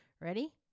Ready